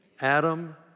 Adam